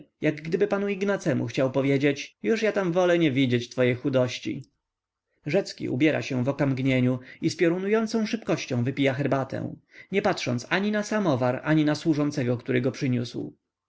jak gdyby panu ignacemu chciał powiedzieć już ja tam wolę nie widzieć twojej chudości rzecki ubiera się w okamgnieniu i z piorunującą szybkością wypija herbatę nie patrząc ani na samowar ani na służącego który